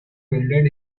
wielded